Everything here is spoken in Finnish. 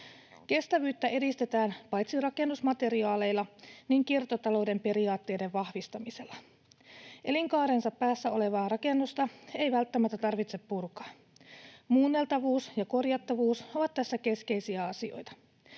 Kestävyyttä edistetään paitsi rakennusmateriaaleilla myös kiertotalouden periaatteiden vahvistamisella. Elinkaarensa päässä olevaa rakennusta ei välttämättä tarvitse purkaa. Muunneltavuus ja korjattavuus ovat tässä keskeisiä asioita.